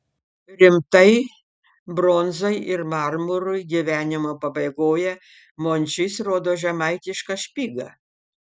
rimtai bronzai ir marmurui gyvenimo pabaigoje mončys rodo žemaitišką špygą